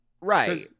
Right